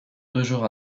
toujours